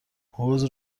حوض